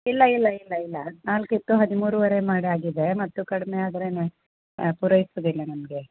ಇಲ್ಲ ಇಲ್ಲ ಇಲ್ಲ ಇಲ್ಲ ಹದಿನಾಲ್ಕು ಇತ್ತು ಹದಿಮೂರೂವರೆ ಮಾಡಾಗಿದೆ ಮತ್ತೂ ಕಡಿಮೆ ಆದರೆ ಪೂರೈಸೋದಿಲ್ಲ ನಮಗೆ